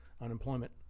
unemployment